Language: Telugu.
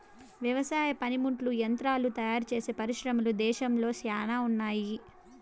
వ్యవసాయ పనిముట్లు యంత్రాలు తయారుచేసే పరిశ్రమలు దేశంలో శ్యానా ఉన్నాయి